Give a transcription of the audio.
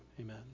Amen